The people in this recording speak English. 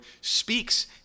speaks